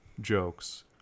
jokes